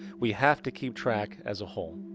we have to keep track as a whole.